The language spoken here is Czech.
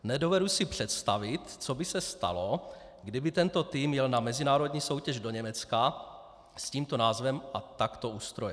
Nedovedu si představit, co by se stalo, kdyby tento tým jel na mezinárodní soutěž do Německa s tímto názvem a takto ustrojen.